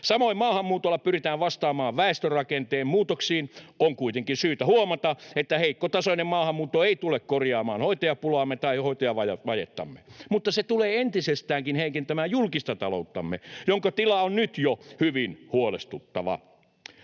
Samoin maahanmuutolla pyritään vastaamaan väestörakenteen muutoksiin. On kuitenkin syytä huomata, että heikkotasoinen maahanmuutto ei tule korjaamaan hoitajapulaamme tai hoitajavajettamme, mutta se tulee entisestäänkin heikentämään julkista talouttamme, jonka tila on nyt jo hyvin huolestuttava.